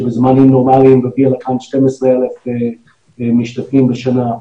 שבזמנים נורמליים מגיעים לכאן 12,000 משתתפים בשנה,